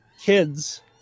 kids